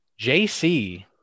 JC